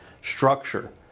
Structure